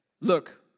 look